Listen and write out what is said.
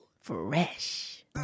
Fresh